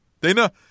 Dana